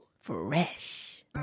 Fresh